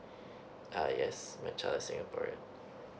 uh yes my child is singaporean